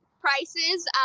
prices